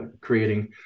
creating